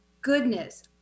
goodness